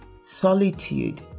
solitude